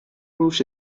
moves